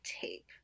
tape